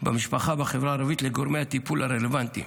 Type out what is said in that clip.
במשפחה בחברה הערבית לגורמי הטיפול הרלוונטיים.